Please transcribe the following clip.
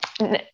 No